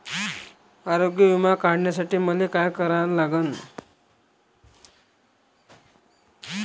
आरोग्य बिमा काढासाठी मले काय करा लागन?